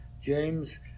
James